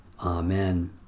Amen